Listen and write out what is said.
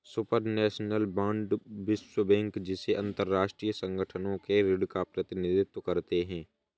supranational bond विश्व bank जैसे अंतरराष्ट्रीय संगठनों के ऋण का प्रतिनिधित्व करते हैं